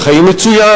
הם חיים מצוין.